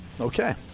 Okay